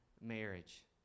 marriage